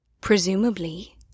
Presumably